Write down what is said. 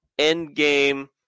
Endgame